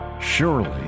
Surely